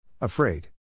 Afraid